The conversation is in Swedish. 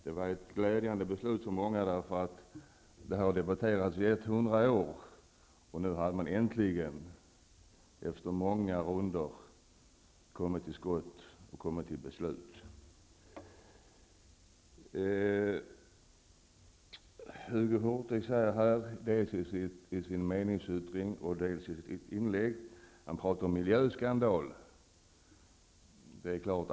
Det här var ett glädjande beslut för många. Frågan har debatterats i 100 år, och nu har man äntligen kommit till skott. Bengt Hurtig talar dels i sin meningsyttring, dels i sitt inlägg om en miljöskandal.